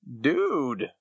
Dude